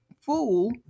fool